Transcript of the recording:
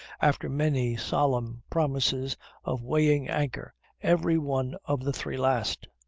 after many solemn promises of weighing anchor every one of the three last.